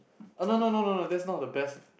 oh no no no no no that's not the best